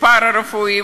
של פארה-רפואיים,